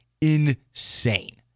insane